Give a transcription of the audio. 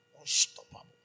Unstoppable